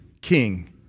king